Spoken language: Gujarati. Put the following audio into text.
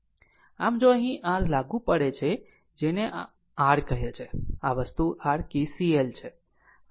આમ જો અહીં r લાગુ પડે છે જેને આ r કહે છે આ વસ્તુ r KCL છે